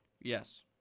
Yes